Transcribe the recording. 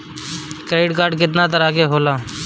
Credit card कितना तरह के होला?